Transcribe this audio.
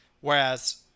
Whereas